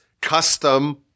custom